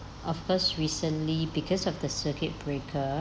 of course recently because of the circuit breaker